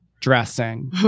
dressing